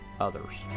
others